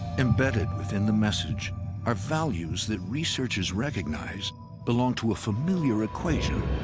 embedded within the message are values that researchers recognize belong to a familiar equation